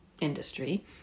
industry